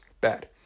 bad